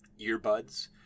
earbuds